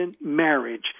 marriage